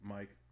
Mike